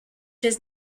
his